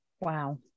Wow